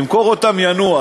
ימכור וינוח,